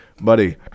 buddy